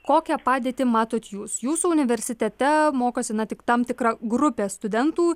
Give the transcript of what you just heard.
kokią padėtį matot jūs jūsų universitete mokosi na tik tam tikra grupė studentų